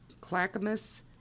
Clackamas